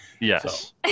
Yes